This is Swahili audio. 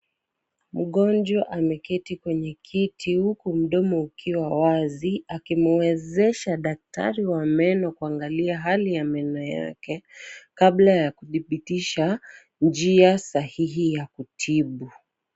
Mgonjwa ameketi kwenye keti huku mdomo ukiwa wazi, akimwezesha daktari wa meno kuangalia hali ya meno yake, kabla ya kudhibitisha njia sahihi ya kutibu.